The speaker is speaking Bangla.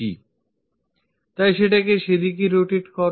ঔ তাই সেটাকে সেদিকেই rotate করো